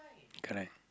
correct